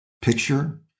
Picture